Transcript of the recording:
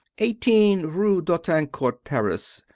eighteen rue d'autancourt, paris.